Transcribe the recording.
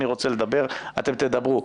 מי רוצה לדבר אתם תדברו.